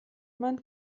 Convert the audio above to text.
man